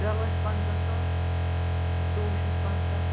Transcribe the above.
ترٛےٚ لچھ پَنٛژاہ ساس زٕتوٚوُہ شتھ پَنٛژاہ